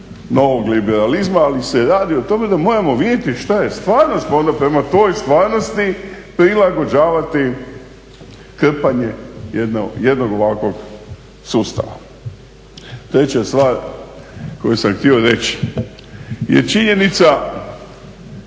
novog liberalizma, ali se radi o tome da moramo vidjeti šta je stvarnost, pa onda prema toj stvarnosti prilagođavati krpanje jednog ovakvog sustava. Treća je stvar koju sam htio reći je činjenica